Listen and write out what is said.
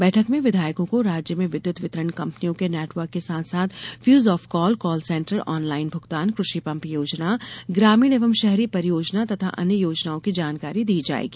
बैठक में विधायकों को राज्य में विद्युत वितरण कम्पनियों के नेटवर्क के साथ साथ fuse of call call centre online भुगतान कृषि पम्प योजना ग्रामीण एवं शहरी परियोजना तथा अन्य योजनाओं की जानकारी दी जायेगी